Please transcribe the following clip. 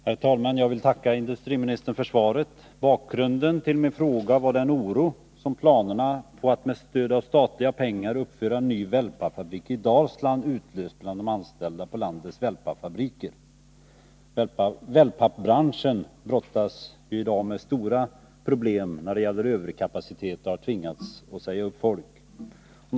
Herr talman! Jag tackar industriministern för svaret. Tisdagen den Bakgrunden till min fråga var den oro som planerna på att med stöd av 27 oktober 1981 anställda i landets wellpappsfabriker. Wellpappsbranschen brottas ju i dag Om verksamheten med stora problem när det gäller överkapacitet och har tvingats att säga upp — vid Svenska Varv folk.